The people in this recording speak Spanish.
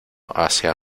hacia